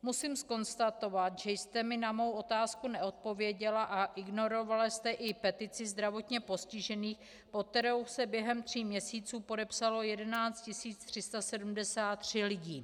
Musím konstatovat, že jste mi na mou otázku neodpověděla a ignorovala jste i petici zdravotně postižených, pod kterou se během tří měsíců podepsalo 11 373 lidí.